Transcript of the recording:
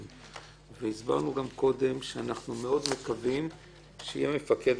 גם הסברנו קודם שאנחנו מאוד מקווים שיהיה מפקח.